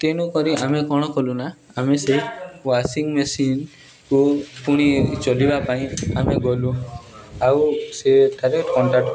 ତେଣୁକରି ଆମେ କ'ଣ କଲୁନା ଆମେ ସେ ୱାଶିଂ ମେସିନ୍କୁ ପୁଣି ଚଲିବା ପାଇଁ ଆମେ ଗଲୁ ଆଉ ସେଠାରେ କଣ୍ଟାକ୍ଟ